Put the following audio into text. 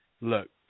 look